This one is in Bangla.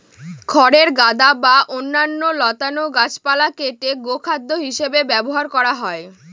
খড়ের গাদা বা অন্যান্য লতানো গাছপালা কেটে গোখাদ্য হিসাবে ব্যবহার করা হয়